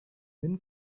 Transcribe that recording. men